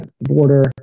border